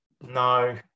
No